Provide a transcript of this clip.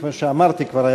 כמו שאמרתי כבר,